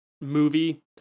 movie